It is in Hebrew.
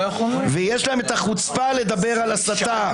--- ויש להם עוד את החוצפה לדבר על הסתה.